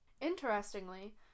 Interestingly